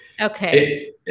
Okay